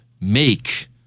make